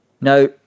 Now